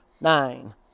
nine